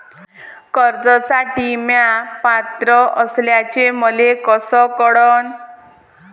कर्जसाठी म्या पात्र असल्याचे मले कस कळन?